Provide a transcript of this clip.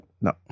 No